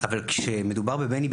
אבל כשמדובר בבני,